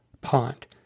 pond